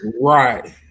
Right